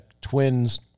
twins